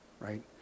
right